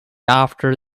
after